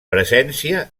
presència